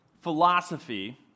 philosophy